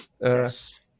Yes